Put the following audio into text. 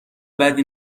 بدی